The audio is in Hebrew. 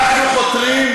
אנחנו חותרים,